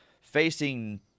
facing